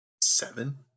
Seven